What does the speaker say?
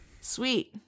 Sweet